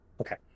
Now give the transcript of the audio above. Okay